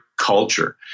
Culture